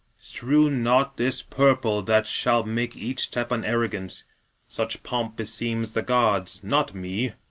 strew not this purple that shall make each step an arrogance such pomp beseems the gods, not me.